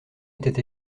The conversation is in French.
étaient